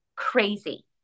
crazy